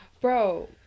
Bro